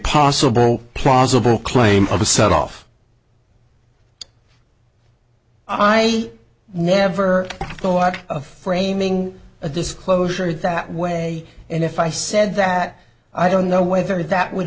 possible plausible claim of a set off i never thought of framing a disclosure that way and if i said that i don't know whether that would